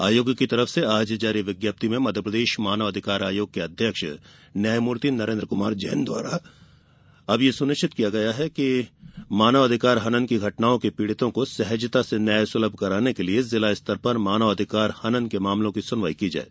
आयोग की ओर से आज यहां जारी विज्ञप्ति में मध्यप्रदेश मानव अधिकार आयोग के अध्यक्ष न्यायमूर्ति नरेन्द्र कुमार जैन द्वारा अब यह सुनिश्चित किया गया है कि मानवाधिकार हनन की घटनाओं के पीड़ितों को सहजता से न्याय सुलभ कराने के लिए जिला स्तर पर मानव अधिकार हनन के मामलों की सुनवाई की जाये